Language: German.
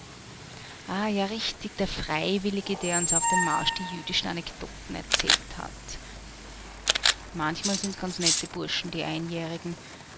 ja richtig der freiwillige der uns auf dem marsch die jüdischen anekdoten erzählt hat manchmal sind's ganz nette burschen die einjährigen